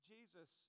Jesus